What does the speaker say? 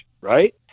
right